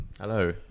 Hello